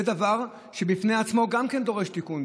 זה דבר שבפני עצמו דורש תיקון,